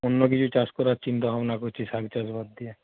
অন্য কিছু চাষ করার চিন্তা ভাবনা করছি শাক চাষ বাদ দিয়ে